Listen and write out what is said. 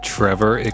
Trevor